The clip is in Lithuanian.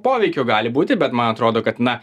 poveikio gali būti bet man atrodo kad na